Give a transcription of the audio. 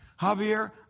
Javier